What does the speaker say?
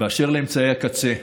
באשר לאמצעי הקצה,